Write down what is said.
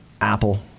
Apple